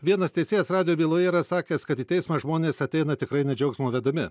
vienas teisėjas radijo byloje yra sakęs kad į teismą žmonės ateina tikrai ne džiaugsmo vedami